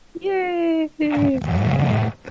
yay